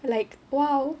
like !wow!